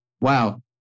Wow